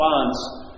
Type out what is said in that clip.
response